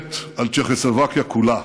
להשתלט על צ'כוסלובקיה כולה.